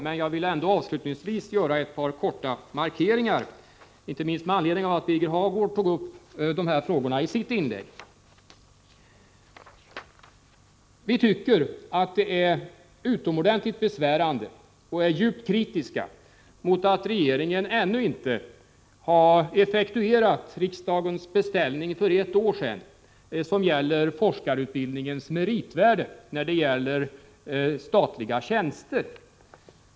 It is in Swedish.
Men jag vill ändå avslutningsvis göra ett par korta markeringar, inte minst med anledning av att Birger Hagård tog upp dessa frågor i sitt inlägg. Vi tycker att det är utomordentligt besvärande och är djupt kritiska mot att regeringen ännu inte har effektuerat riksdagens beställning för ett år sedan beträffande forskarutbildningens meritvärde vid tillsättande av statliga tjänster.